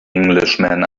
englishman